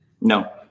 No